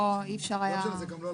זה לא על